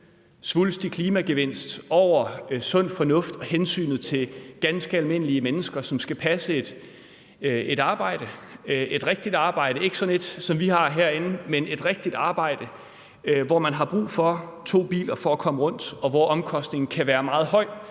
svulstig klimagevinst over sund fornuft og hensynet til ganske almindelige mennesker, som skal passe et arbejde, altså et rigtigt arbejde og ikke sådan et, som vi har herinde, men et rigtigt arbejde, som gør, at man har brug for to biler for at komme rundt. Her kan omkostningerne ved at